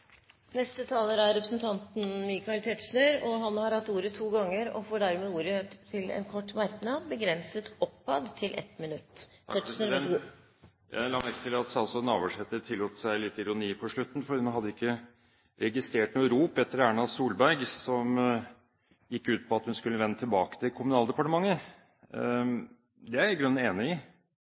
Michael Tetzschner har hatt ordet to ganger tidligere og får ordet til en kort merknad, begrenset til 1 minutt. Jeg la merke til at statsråd Navarsete tillot seg litt ironi på slutten. Hun hadde ikke registrert noe rop etter Erna Solberg som gikk ut på at hun skulle vende tilbake til Kommunaldepartementet. Det er jeg i grunnen enig i.